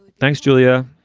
thanks, julia.